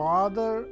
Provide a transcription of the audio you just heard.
Father